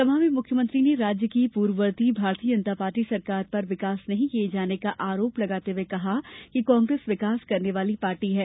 सभा में मुख्यमंत्री ने राज्य की पूर्ववर्ती भारतीय जनता पार्टी सरकार पर विकास नहीं किए जाने का आरोप लगाते हुए कहा कि कांग्रेस विकास करने वाली पार्टी है